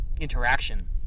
interaction